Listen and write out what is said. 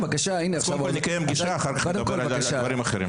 אז קודם כל נקיים פגישה ואחר כך נדבר על דברים אחרים.